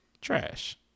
Trash